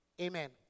Amen